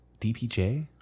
DPJ